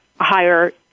higher